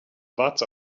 warze